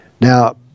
Now